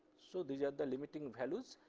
so these are the limiting values,